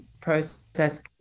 process